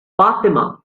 fatima